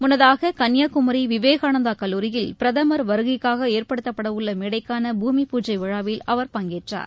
முன்னதாக கன்னியாகுமரி விவேகானந்தா கல்லூரியில் பிரதமர் வருகைக்காக ஏற்படுத்தப்படவுள்ள மேடைக்கான பூமிபூஜை விழாவில் அவர் பங்கேற்றார்